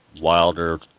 Wilder